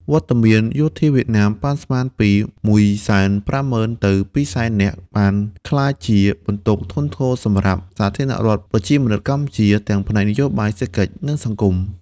វត្តមានយោធាវៀតណាមប៉ាន់ស្មានពី ១៥០.០០០ ទៅ ២០០.០០០ នាក់ បានក្លាយជាបន្ទុកធ្ងន់ធ្ងរណាស់សម្រាប់ សាធារណរដ្ឋប្រជាមានិតកម្ពុជា ទាំងផ្នែកនយោបាយ សេដ្ឋកិច្ច និងសង្គម។